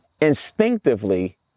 instinctively